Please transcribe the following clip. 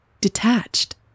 Detached